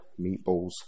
meatballs